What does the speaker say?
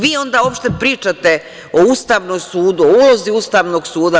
Vi onda uopšte pričate o Ustavnom sudu, o ulozi Ustavnog suda.